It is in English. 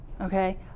Okay